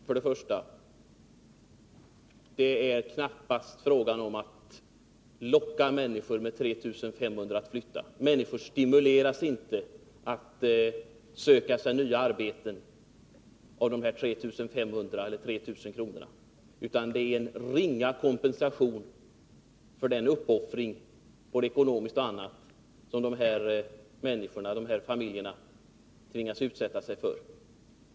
Herr talman! Till Arne Fransson vill jag först säga att det knappast är fråga om att med 3 000 kr. locka människor att flytta. Människor stimuleras inte att söka sig nya arbeten av dessa 3 000 eller 3 500 kr. Det är bara en ringa kompensation för den uppoffring, både ekonomiskt och på annat sätt, som dessa familjer tvingas utsätta sig för.